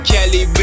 Kelly